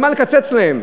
על מה לקצץ להם,